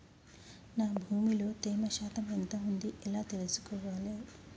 నా భూమి లో తేమ శాతం ఎంత ఉంది ఎలా తెలుసుకోవాలే?